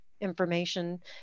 information